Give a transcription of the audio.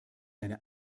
eine